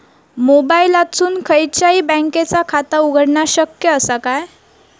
मोबाईलातसून खयच्याई बँकेचा खाता उघडणा शक्य असा काय?